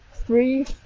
three